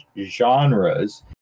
genres